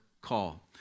call